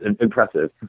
impressive